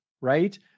right